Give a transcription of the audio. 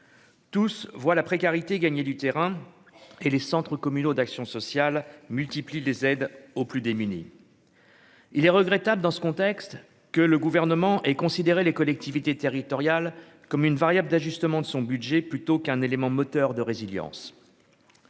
Tous voient la précarité gagner du terrain et les centres communaux d'action sociale, multiplie les aides aux plus démunis. Il est regrettable dans ce contexte que le gouvernement est considéré les collectivités territoriales comme une variable d'ajustement de son budget plutôt qu'un élément moteur de résilience.